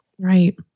Right